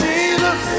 Jesus